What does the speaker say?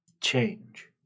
change